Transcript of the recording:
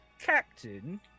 Captain